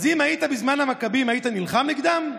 אז אם היית בזמן המכבים היית נלחם נגדם?